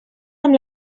amb